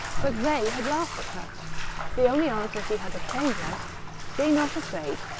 but they had laughed at her the only answer she had obtained was be not afraid.